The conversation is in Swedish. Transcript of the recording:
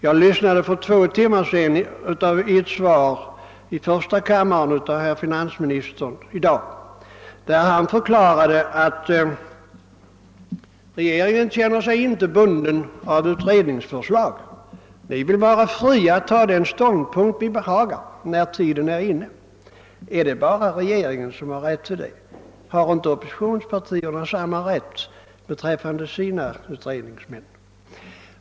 Jag lyssnade för två timmar sedan på ett svar i första kammaren av herr finansministern, där han förklarade att regeringen inte känner sig bunden av utredningsförslag utan vill vara fri att ha den ståndpunkt den behagar när tiden är inne. Är det bara regeringen som har denna rätt, har inte oppositionspartierna samma rätt beträffande sina utredningar?